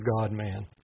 God-man